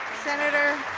senator